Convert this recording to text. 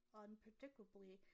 unpredictably